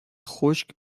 خشک